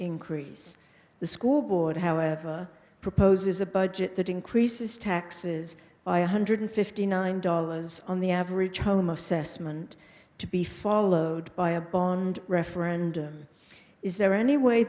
increase the school board however proposes a budget that increases taxes by a hundred fifty nine dollars on the average home assessment to be followed by a bond referendum is there any way